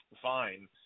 fine